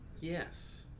Yes